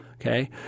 Okay